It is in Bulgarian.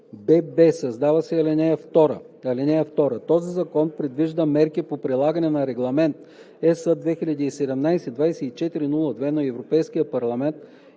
бб) създава се ал. 2: „(2) Този закон предвижда мерки по прилагането на Регламент (ЕС) 2017/2402 на Европейския парламент